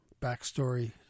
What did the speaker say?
backstory